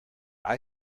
icbm